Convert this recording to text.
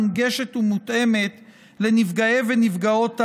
מונגשת ומותאמת לנפגעי ולנפגעות עבירה.